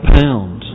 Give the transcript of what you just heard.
pound